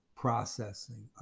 processing